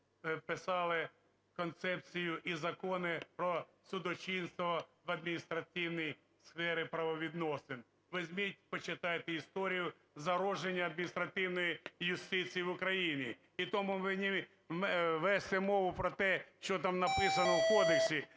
час писав концепцію і закони про судочинство в адміністративній сфері правовідносин. Візьміть почитайте історію зародження адміністративної юстиції в Україні. І тому вести мову про те, що там написано в кодексі,